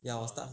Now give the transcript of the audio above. ya 我 start